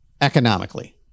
economically